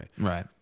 Right